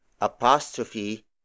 apostrophe